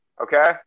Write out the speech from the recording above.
okay